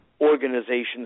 organizations